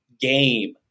game